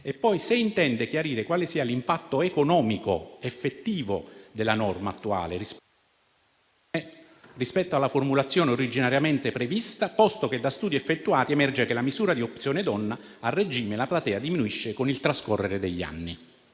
poi, se intenda chiarire quale sia l'impatto economico effettivo della norma attuale rispetto alla formulazione originariamente prevista, posto che, da studi effettuati, emerge che con la misura di Opzione donna a regime la platea diminuisce con il trascorrere degli anni.